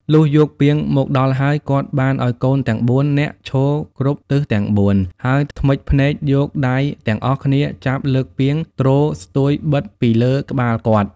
លុះយកពាងមកដល់ហើយ គាត់បានឲ្យកូនទាំង ៤ នាក់ឈរគ្រប់ទិសទាំងបួន ហើយធ្មេចភ្នែកយកដៃទាំងអស់គ្នាចាប់លើកពាងទ្រស្ទួយបិទពីលើក្បាលគាត់។